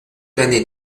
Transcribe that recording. l’année